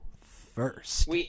first